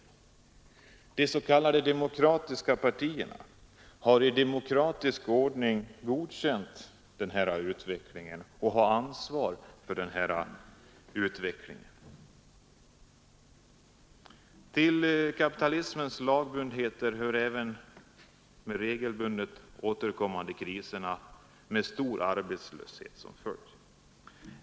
De Tisdagen den s.k. demokratiska partierna har i demokratisk ordning godkänt denna 29 maj 1973 utveckling och har ansvar för den. Till kapitalismens lagbundenheter hör även de regelbundet återkommande kriserna med stor arbetslöshet som följd.